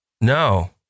No